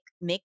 make